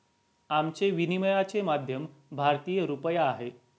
आमचे विनिमयाचे माध्यम भारतीय रुपया आहे